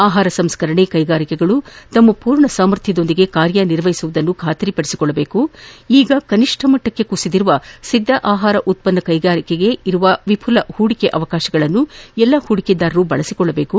ಆಹಾರ ಸಂಸ್ಕರಣೆ ಕೈಗಾರಿಕೆಗಳು ತಮ್ಮ ಪೂರ್ಣ ಸಾಮರ್ಥ್ಯದೊಂದಿಗೆ ಕಾರ್ಯ ನಿರ್ವಹಿಸುವುದನ್ನು ಖಾತರಿ ಪಡಿಸಿಕೊಳ್ಳಬೇಕು ಈಗ ಕನಿಷ್ಠ ಮಟ್ಟಕ್ಕೆ ಕುಸಿದಿರುವ ಸಿದ್ದ ಆಹಾರ ಉತ್ಪನ್ನಗಳ ತಯಾರಿಕೆಗೆ ಇರುವ ವಿಪುಲ ಹೂಡಕೆ ಅವಕಾಶಗಳನ್ನು ಎಲ್ಲಾ ಹೂಡಿಕೆದಾರರು ಬಳಸಿಕೊಳ್ಳಬೇಕು